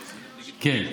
כן.